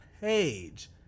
page